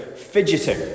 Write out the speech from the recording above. fidgeting